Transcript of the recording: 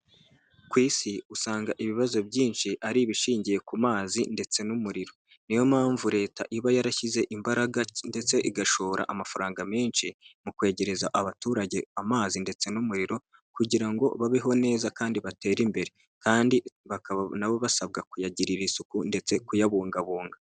Kw’isi usanga ibibazo byinshi ar’ibishingiye ku mazi ndetse n'umuriro, niyo mpamvu leta iba yarashyize imbaraga ndetse igashora amafaranga menshi mu kwegereza abaturage amazi, ndetse n'umuriro kugira ngo babeho neza, kandi batere imbere, kandi nabo basabwa kuyagirira isuku ndetse no kuyabungabunga.